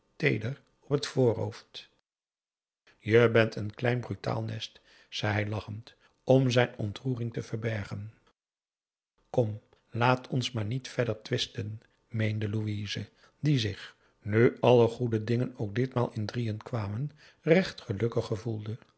op het voorhoofd je bent een klein brutaal nest zei hij lachend om zijn ontroering te verbergen kom laat ons maar niet verder twisten meende louise die zich nu alle goede dingen ook ditmaal in drieën kwamen recht gelukkig gevoelde